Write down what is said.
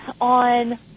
on